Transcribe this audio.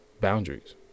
boundaries